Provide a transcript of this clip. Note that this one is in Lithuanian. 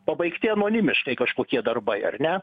pabaigti anonimiškai kažkokie darbai ar ne